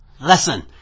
Listen